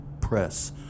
press